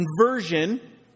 conversion